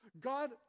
God